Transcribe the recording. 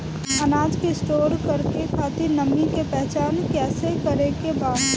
अनाज के स्टोर करके खातिर नमी के पहचान कैसे करेके बा?